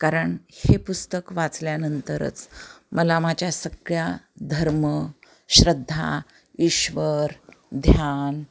कारण हे पुस्तक वाचल्यानंतरच मला माझ्या सगळ्या धर्म श्रद्धा ईश्वर ध्यान